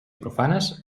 profanes